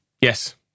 Yes